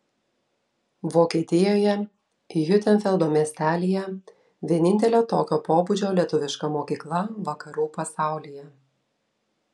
vokietijoje hiutenfeldo miestelyje vienintelė tokio pobūdžio lietuviška mokykla vakarų pasaulyje